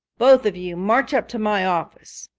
both of you march up to my office,